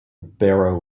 barrow